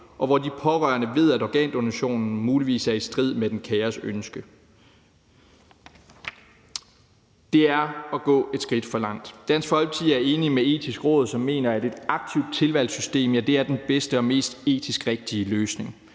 og hvor de pårørende ved, at organdonationen muligvis er i strid med deres kæres ønske. Det er at gå et skridt for langt. Dansk Folkeparti er enig med Det Etiske Råd, som mener, at et aktivt tilvalgssystem er den bedste og mest etisk rigtige løsning